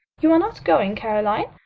you are not going, caroline?